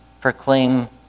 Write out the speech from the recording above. proclaim